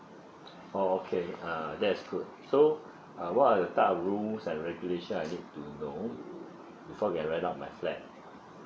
oh okay uh that is good so uh what are the type of rules and regulation I need to know before we are rent out my flat